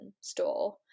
store